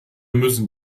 müssen